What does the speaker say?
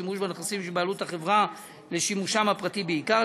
או שימוש בנכסים שבבעלות החברה לשימושם הפרטי בעיקר.